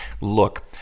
Look